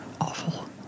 awful